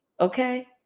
Okay